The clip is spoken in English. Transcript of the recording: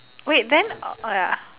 wait then oh oh ya